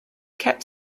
kept